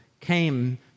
came